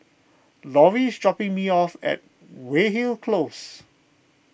Lorrie is dropping me off at Weyhill Close